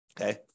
Okay